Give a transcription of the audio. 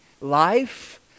life